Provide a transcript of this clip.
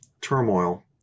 turmoil